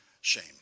shame